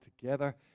together